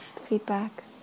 feedback